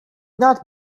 not